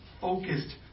focused